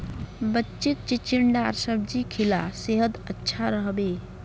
बच्चीक चिचिण्डार सब्जी खिला सेहद अच्छा रह बे